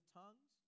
tongues